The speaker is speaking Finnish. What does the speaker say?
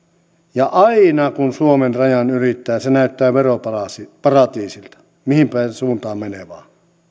ja aina kun suomen rajan ylittää se näyttää veroparatiisilta mihin vain suuntaan menee